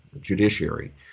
judiciary